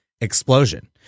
explosion